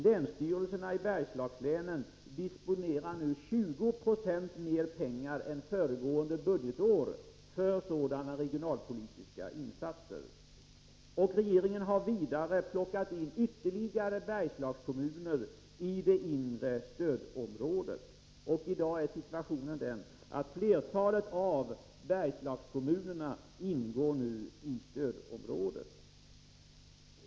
Länsstyrelserna i Bergslagslänen disponerar nu 20 96 mer pengar än föregående budgetår för sådana regionalpolitiska insatser. Regeringen har vidare plockat in ytterligare Bergslagskommuner i det inre stödområdet. I dag är situationen den att flertalet av Bergslagskommunerna nu ingår i stödområdet.